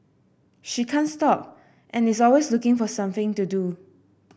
she can't stop and is always looking for something to do